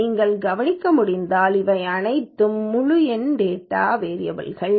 நீங்கள் கவனிக்க முடிந்தால் அவை அனைத்தும் முழு எண் டேட்டா வேரியபல் கள்